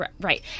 right